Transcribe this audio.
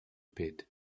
pit